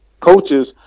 coaches